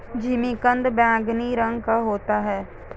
जिमीकंद बैंगनी रंग का होता है